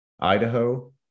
Idaho